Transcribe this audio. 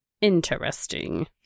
Interesting